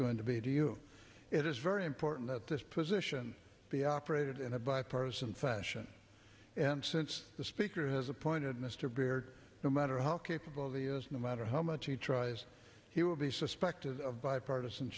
going to be to you it is very important that this position be operated in a bipartisan fashion and since the speaker has appointed mr baird no matter how capable the u s no matter how much he tries he will be suspected of bipartisan